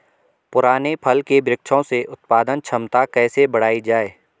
पुराने फल के वृक्षों से उत्पादन क्षमता कैसे बढ़ायी जाए?